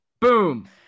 Boom